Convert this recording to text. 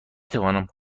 توانم